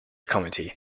committee